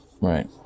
Right